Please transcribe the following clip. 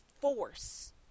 force